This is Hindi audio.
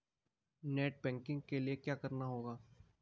नेट बैंकिंग के लिए क्या करना होगा?